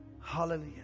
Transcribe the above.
Hallelujah